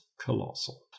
colossal